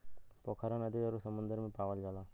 पोखरा नदी अउरी समुंदर में पावल जाला